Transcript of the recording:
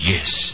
Yes